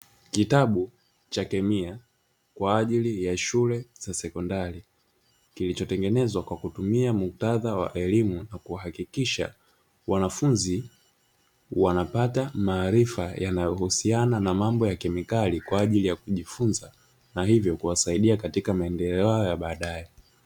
Kitabu cha kemia kwa ajili ya shule za sekondari kilichotengenezwa kwa kutumia muktadha wa elimu na kuhakikisha wanafunzi wanapata maarifa yanayohusiana na kemikari kwa ajili ya kujifunza, na hivyo kuwasaidia katika maendeleo yao ya baadae.